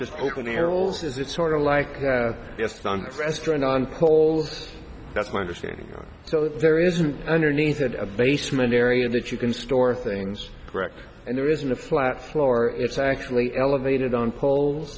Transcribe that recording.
just open air holes it's sort of like it's on restaurant on poles that's my understanding so there isn't underneath a basement area that you can store things correct and there isn't a flat floor it's actually elevated on poles